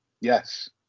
yes